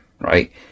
right